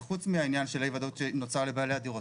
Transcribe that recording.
חוץ מהעניין של אי הוודאות שנוצר לבעלי הדירות.